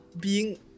being-